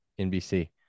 NBC